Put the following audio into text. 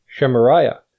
Shemariah